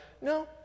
No